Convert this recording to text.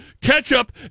Ketchup